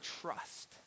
trust